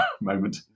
moment